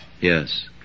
Yes